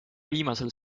viimasel